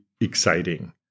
exciting